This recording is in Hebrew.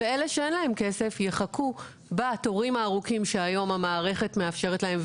ואלה שאין להם כסף יחכו בתורים הארוכים שכיום המערכת מאפשרת להם,